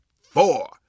four